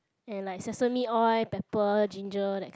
and like sesame oil pepper ginger that kind